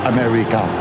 America